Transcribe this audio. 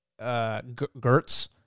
Gertz